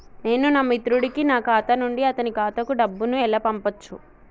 నేను నా మిత్రుడి కి నా ఖాతా నుండి అతని ఖాతా కు డబ్బు ను ఎలా పంపచ్చు?